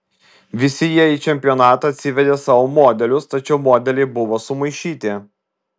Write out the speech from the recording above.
visi jie į čempionatą atsivedė savo modelius tačiau modeliai buvo sumaišyti